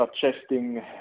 suggesting